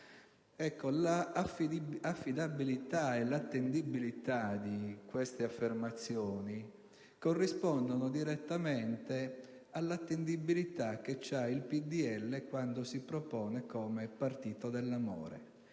L'affidabilità e l'attendibilità di queste affermazioni corrispondono direttamente all'attendibilità che ha il PdL quando si propone come partito dell'amore,